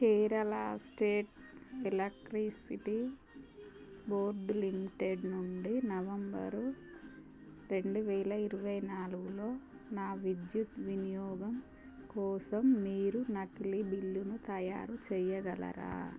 Kerala state electricity board limited నుండి November రెండు వేల ఇరవై నాలుగులో నా విద్యుత్ వినియోగం కోసం మీరు నకిలీ బిల్లును తయారు చెయ్యగలరా